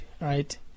right